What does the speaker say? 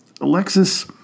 Alexis